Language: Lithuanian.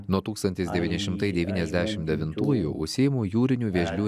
nuo tūkstantis devyni šimtai devyniasdešim devintųjų užsiimu jūrinių vėžlių